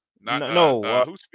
No